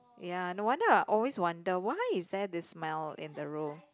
ya no wonder I always wonder why is there this smell in the room